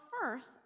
first